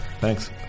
thanks